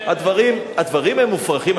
הדברים הם מופרכים.